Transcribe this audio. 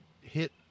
hit